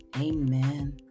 amen